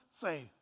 say